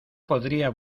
podría